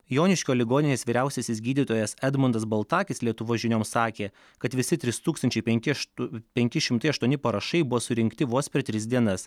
joniškio ligoninės vyriausiasis gydytojas edmundas baltakis lietuvos žinioms sakė kad visi trys tūkstančiai penki ašt penki šimtai aštuoni parašai buvo surinkti vos per tris dienas